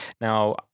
Now